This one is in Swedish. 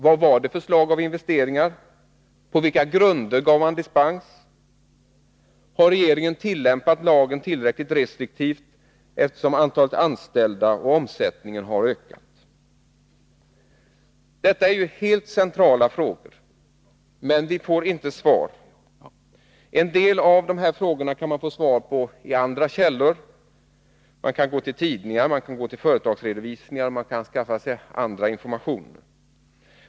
Vad var det för slag av investeringar? På vilka grunder gav man dispens? Har regeringen tillämpat lagen tillräckligt restriktivt, eftersom antalet anställda och omsättningen har ökat? Detta är ju helt centrala frågor. Men vi får inte svar. En del av frågorna kan man få svar på i andra källor. Man kan gå till tidningar, man kan gå till företagsredovisningar, man kan skaffa sig andra informationer.